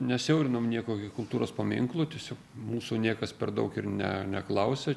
nesiaurinom nieko kultūros paminklų tiesiog mūsų niekas per daug ir ne neklausia